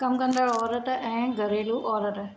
कम कंदड़ औरत ऐं घरेलू औरत